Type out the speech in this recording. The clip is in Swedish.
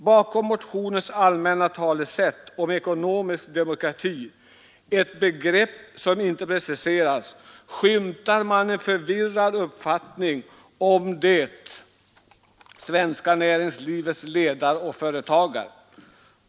Bakom motionens allmänna talesätt om ekonomisk demokrati — ett begrepp som inte preciseras — skymtar man en förvirrad uppfattning om det svenska näringslivets ledare och företagare.